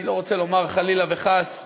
אני לא רוצה לומר, חלילה וחס,